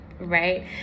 Right